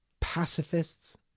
pacifists